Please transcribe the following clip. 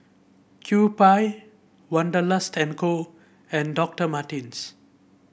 Kewpie Wanderlust and Co and Doctor Martens